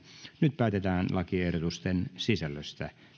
nyt päätetään lakiehdotusten sisällöstä